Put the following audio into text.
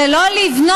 זה לא לבנות.